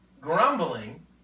Grumbling